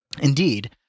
Indeed